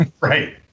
Right